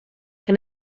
que